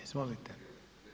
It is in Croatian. Izvolite.